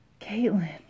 Caitlin